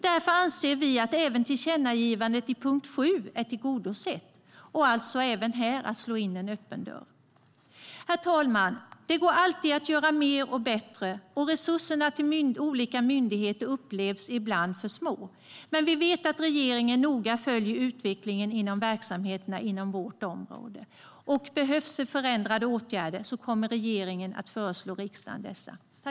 Därför anser vi att även tillkännagivandet i punkt 7 är tillgodosett och alltså slår in ännu en öppen dörr. Herr talman! Det går alltid att göra mer och bättre, och resurserna till olika myndigheter upplevs ibland som för små. Men vi vet att regeringen noga följer utvecklingen inom verksamheterna inom vårt område. Behövs förändrade åtgärder kommer regeringen att föreslå riksdagen dessa.